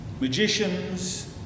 Magicians